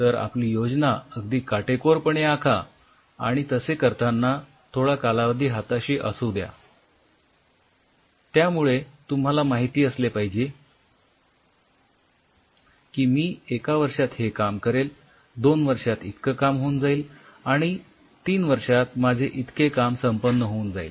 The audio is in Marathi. तर आपली योजना अगदी काटेकोरपणे आखा आणि तसे करतांना थोडा कालावधी हाताशी असू द्या त्यामुळे तुम्हाला माहिती असले पाहिजे की मी एका वर्षात हे काम करेल दोन वर्षात इतकं काम होऊन जाईल आणि तीन वर्षात माझे इतके काम संपन्न होऊन जाईल